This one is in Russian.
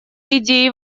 идеи